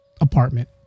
apartment